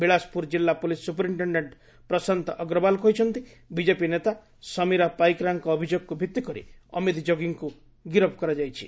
ବିଳାଶପୁର ଜିଲ୍ଲା police superintendent Prashant Agrawal କହିଛନ୍ତି BJP ନେତା ସମୀରା ପାଇକରାଙ୍କ ଅଭିଯୋଗକୁ ଭିଭିକରି ଅମିତ ଯୋଗୀଙ୍କୁ ଗିରଫ୍ କରାଯାଇଛି